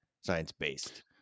science-based